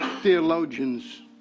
theologians